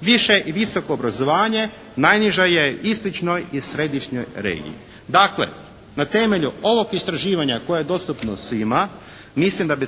Više i visoko obrazovanje najniža je istočnoj i središnjoj regiji. Dakle, na temelju ovog istraživanja koje je dostupno svima mislim da bi